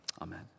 Amen